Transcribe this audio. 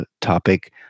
topic